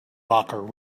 locker